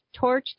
torched